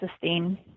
sustain